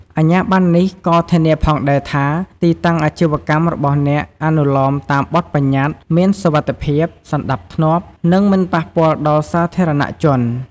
អាជ្ញាប័ណ្ណនេះក៏ធានាផងដែរថា ទីតាំងអាជីវកម្មរបស់អ្នកអនុលោមតាមបទប្បញ្ញត្តិ មាន សុវត្ថិភាព សណ្ដាប់ធ្នាប់ និង មិនប៉ះពាល់ដល់សាធារណៈជន។